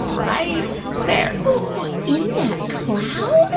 right there oh. in that cloud?